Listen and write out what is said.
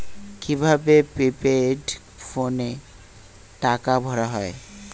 কি ভাবে প্রিপেইড ফোনে টাকা ভরা হয়?